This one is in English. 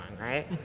right